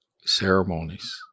ceremonies